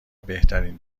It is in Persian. بهترین